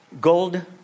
Gold